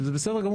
זה בסדר גמור.